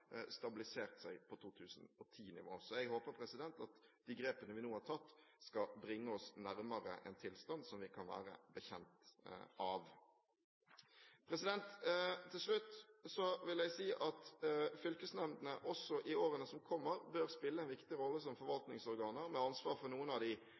stabilisert seg på 2010-nivå. Jeg håper at de grepene vi nå har tatt, skal bringe oss nærmere en tilstand som vi kan være bekjent av. Til slutt vil jeg si at fylkesnemndene også i årene som kommer, bør spille en viktig rolle som forvaltningsorganer med ansvar for noen av de